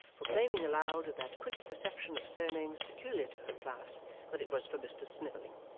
proclaiming aloud with that quick perception of surnames peculiar to her class that it was for mister snivelling.